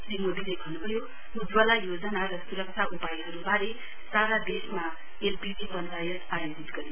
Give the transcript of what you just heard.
श्री मोदीले भन्न्भयो उज्जवला योजना र स्रक्षा उपायहरूबारे सारा देशमा एलपीजी पञ्चायत आयोजित गरिँदैछ